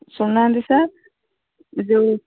ଶୁଣୁନାହାନ୍ତି ସାର୍ ଯେଉଁ